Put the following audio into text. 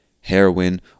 heroin